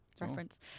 reference